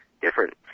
different